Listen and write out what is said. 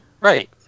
Right